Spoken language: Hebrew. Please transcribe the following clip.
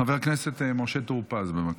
חבר הכנסת משה טור פז, בבקשה.